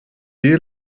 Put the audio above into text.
die